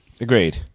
Agreed